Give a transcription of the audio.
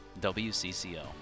WCCO